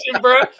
bro